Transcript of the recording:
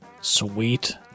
Sweet